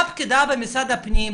אותה פקידה במשרד הפנים,